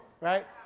Right